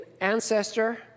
ancestor